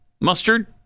mustard